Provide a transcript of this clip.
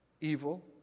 evil